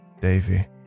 Davy